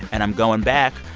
and i'm going back.